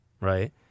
Right